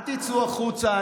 אל תצאו החוצה,